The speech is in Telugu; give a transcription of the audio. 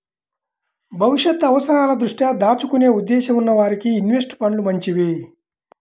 భవిష్యత్తు అవసరాల దృష్ట్యా దాచుకునే ఉద్దేశ్యం ఉన్న వారికి ఇన్వెస్ట్ ఫండ్లు మంచివి